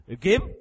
give